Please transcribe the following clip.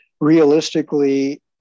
realistically